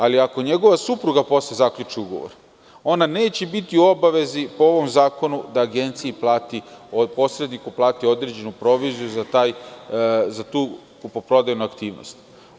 Ali, ako njegova supruga posle zaključi ugovor, ona neće biti u obavezi po ovom zakonu da agenciji plati, da posredniku plati određenu proviziju za tu kupoprodajnu aktivnost.